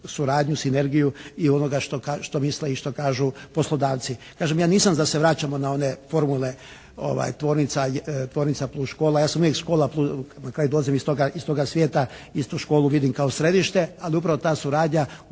suradnju, sinergiju i onoga što misle i što kažu poslodavci. Kažem, ja nisam da se vraćamo na one formule tvornica plus škola. Ja sam uvijek škola plus, na kraju dolazim iz toga svijeta, istu školu vidim kao središte. Ali upravo ta suradnja,